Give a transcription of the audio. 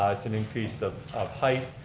ah it's an increase of height.